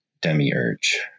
Demiurge